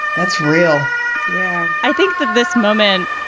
that's real yeah, i think that this moment,